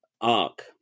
arc